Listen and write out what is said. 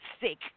sick